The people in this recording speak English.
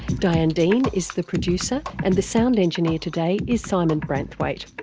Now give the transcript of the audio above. diane dean is the producer, and the sound engineer today is simon branthwaite.